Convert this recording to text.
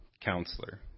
Counselor